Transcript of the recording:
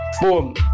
boom